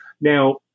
Now